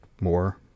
more